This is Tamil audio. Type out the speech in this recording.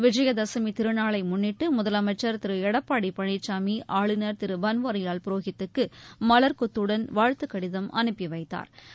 விஜயதசமி திருநாளை முன்னிட்டு முதலமைச்ச் திரு எடப்பாடி பழனிசாமி ஆளுநர் திரு பன்வாரிவால் புரோஹித்துக்கு மல்கொத்துடன் வாழ்த்துக் கடிதம் அனுப்பி வைத்தாா்